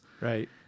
Right